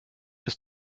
ist